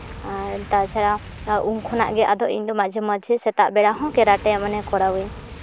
ᱟᱨ ᱛᱟᱪᱷᱟᱲᱟ ᱩᱱ ᱠᱷᱚᱱᱟᱜ ᱜᱮ ᱟᱫᱚ ᱤᱧᱫᱚ ᱢᱟᱡᱷᱮ ᱢᱟᱡᱷᱮ ᱥᱮᱛᱟᱜ ᱵᱮᱲᱟᱦᱚᱸ ᱠᱮᱨᱟᱴᱮ ᱢᱟᱱᱮ ᱠᱚᱨᱟᱣ ᱟᱹᱧ